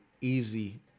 easy